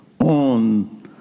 on